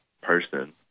person